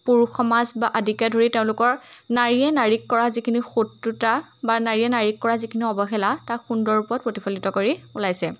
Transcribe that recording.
পুৰুষ সমাজ বা আদিকে ধৰি তেওঁলোকৰ নাৰীয়ে নাৰীক কৰা যিখিনি শত্ৰুতা বা নাৰীয়ে নাৰীক কৰা যিখিনি অবহেলা তাক সুন্দৰ ওপৰত প্ৰতিফলিত কৰি ওলাইছে